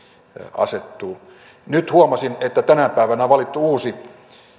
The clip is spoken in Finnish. asettuu nyt huomasin että tänä päivänä on valittu uusi